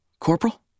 Corporal